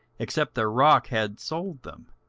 except their rock had sold them,